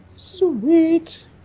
Sweet